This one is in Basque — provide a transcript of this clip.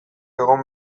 egon